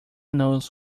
knows